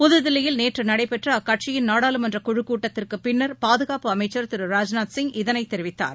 புதுதில்லியில் நேற்று நடைபெற்ற அக்கட்சியின் நாடாளுமன்றக் குழு கூட்டத்திற்குப் பின்னர் பாதுகாப்பு அமைச்சர் திரு ராஜ்நாத்சிங் இதனைத் தெரிவித்தார்